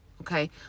Okay